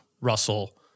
Russell